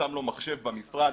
שם לו מחשב במשרד.